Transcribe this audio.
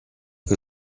che